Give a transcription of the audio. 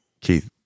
Keith